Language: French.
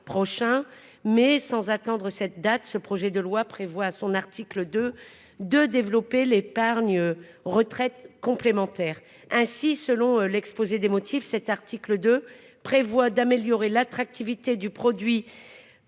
prochain. Mais sans attendre cette date ce projet de loi prévoit à son article de de développer l'épargne retraite complémentaire. Ainsi, selon l'exposé des motifs. Cet article 2 prévoit d'améliorer l'attractivité du produit.